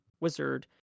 wizard